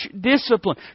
discipline